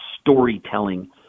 storytelling